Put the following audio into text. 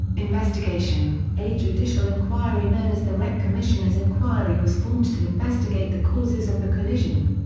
investigation a judicial inquiry known as the wreck commissioner's inquiry was formed to investigate the causes of the collision.